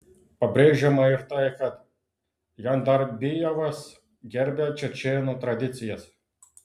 pabrėžiama ir tai kad jandarbijevas gerbia čečėnų tradicijas